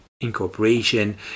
incorporation